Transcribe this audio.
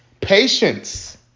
patience